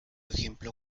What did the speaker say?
ejemplo